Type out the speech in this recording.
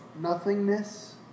nothingness